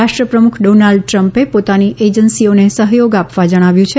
રાષ્ટ્રપ્રમુખ ડોનાલ્ડ ટ્રમ્પે પોતાની એજન્સીઓને સહયોગ આપવા જણાવ્યું છે